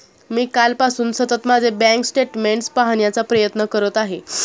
मी कालपासून सतत माझे बँक स्टेटमेंट्स पाहण्याचा प्रयत्न करत आहे